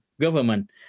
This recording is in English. government